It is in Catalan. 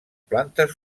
plantes